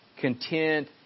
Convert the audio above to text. content